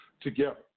together